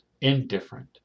indifferent